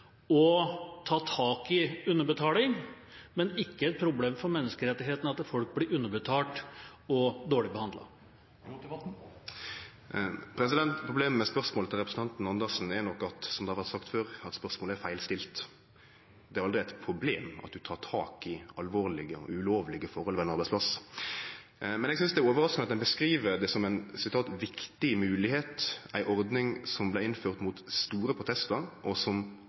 og ta tak i underbetaling, men ikke et problem for menneskerettighetene at folk blir underbetalt og dårlig behandlet? Problemet med spørsmålet til representanten Andersen er nok, som det har vore sagt før, at spørsmålet er feil stilt. Det er aldri eit problem at ein tek tak i alvorlege og ulovlege forhold ved ein arbeidsplass. Men eg synest det er overraskande at ein beskriv som ei viktig moglegheit ei ordning som vart innført mot store protestar, og som